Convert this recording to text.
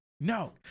No